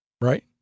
right